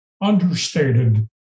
understated